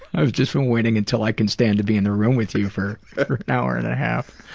i've just been waiting until i could stand to be in the room with you for an hour and and a half.